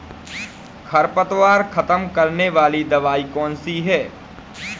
खरपतवार खत्म करने वाली दवाई कौन सी है?